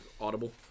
audible